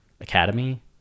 Academy